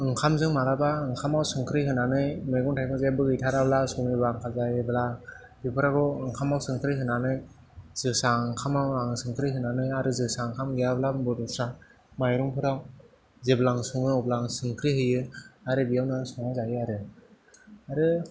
ओंखामजों माब्लाबा ओंखामाव संख्रि होनानै मैगं थाइगं जेबो गैथाराब्ला समनिबो आंखाल जायोब्ला बेफोराखौ ओंखामाव संख्रै होनानै जोसा ओंखामाव आङो संख्रै होनानै आरो जोसा ओंखाम गैयाब्ला दस्रा माइरंफ्राव जेब्ला आं सङो अब्ला संख्रै होयो आरो बेयावनो संना जायो आरो आरो